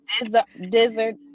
Dizzard